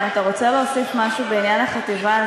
אם אתה רוצה להוסיף משהו בעניין החטיבה,